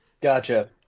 Gotcha